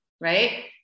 right